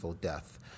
death